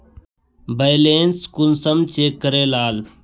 Balance कुंसम check करे लाल?